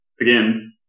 again